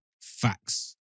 Facts